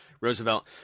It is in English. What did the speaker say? Roosevelt